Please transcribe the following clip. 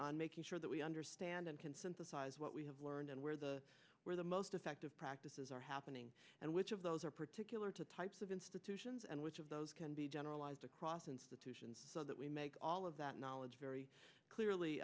on making sure that we understand and can synthesize what we have learned and where the where the most effective practices are happening and which of those are particular to types of institutions and which of those can be generalized across institutions so that we make all of that knowledge very clearly